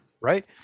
Right